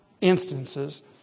instances